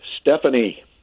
Stephanie